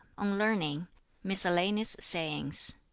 on learning miscellaneous sayings